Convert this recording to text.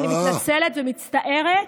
אני מתנצלת ומצטערת,